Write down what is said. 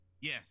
Yes